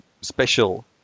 special